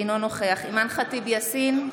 אינו נוכח אימאן ח'טיב יאסין,